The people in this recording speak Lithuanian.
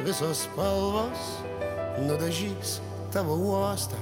visos spalvos nudažys tavo uostą